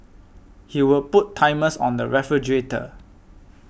he would put timers on the refrigerator